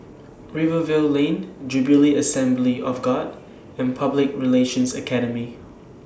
Rivervale Lane Jubilee Assembly of God and Public Relations Academy